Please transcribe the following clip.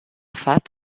fat